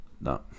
No